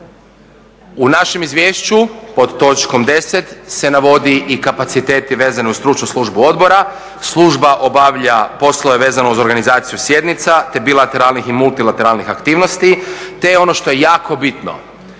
U našem izvješću pod točkom 10.se navodi i kapaciteti vezani uz stručnu službu odbora. Služba obavlja poslove vezano uz organizaciju sjednica, te bilateralnih i multilateralnih aktivnosti, te ono što je jako bitno